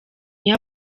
iyo